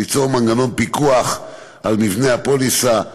ליצור מנגנון פיקוח על מבנה הפוליסה,